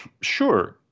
sure